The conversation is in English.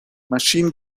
machine